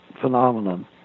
phenomenon